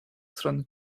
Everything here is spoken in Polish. stron